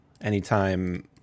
anytime